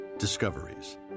Discoveries